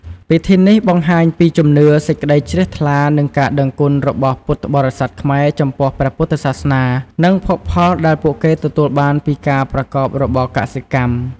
ពិធីនេះបង្ហាញពីជំនឿ សេចក្តីជ្រះថ្លា និងការដឹងគុណរបស់ពុទ្ធបរិស័ទខ្មែរចំពោះព្រះពុទ្ធសាសនា និងភោគផលដែលពួកគេទទួលបានពីការប្រកបរបរកសិកម្ម។